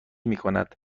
میکند